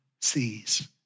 sees